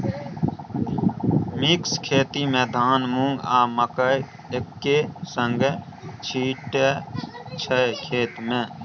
mix खेती मे धान, मुँग, आ मकय एक्के संगे छीटय छै खेत मे